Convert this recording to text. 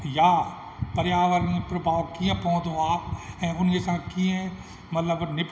यां पर्यावारण प्रभाव कीअं पवंदो आहे ऐं उन्हीअ सां कीअं मतिलबु निप